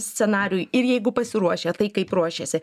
scenarijui ir jeigu pasiruošę tai kaip ruošėsi